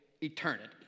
eternity